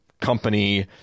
company